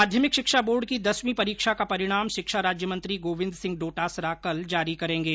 माध्यमिक शिक्षा बोर्ड की दसवीं परीक्षा का परिणाम शिक्षा राज्यमंत्री गोविन्द सिंह डोटासरा कल जारी करेंगे